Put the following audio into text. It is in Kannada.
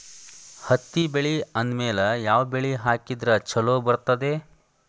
ಹತ್ತಿ ಬೆಳೆ ಆದ್ಮೇಲ ಯಾವ ಬೆಳಿ ಹಾಕಿದ್ರ ಛಲೋ ಬರುತ್ತದೆ?